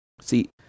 See